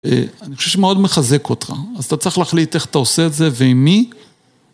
אני חושב שמאוד מחזק אותך, אז אתה צריך להחליט איך אתה עושה את זה ועם מי.